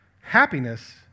Happiness